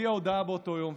שהודיעה הודעה באותו יום,